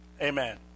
amen